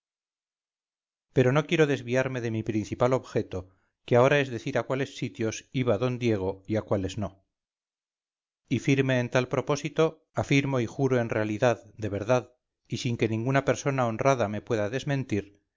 pero no quiero desviarme de mi principal objeto que ahora es decir a cuáles sitios iba d diego y a cuáles no y firme en tal propósito afirmo y juro en realidad de verdad y sin que ninguna persona honrada me pueda desmentir